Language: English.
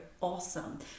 awesome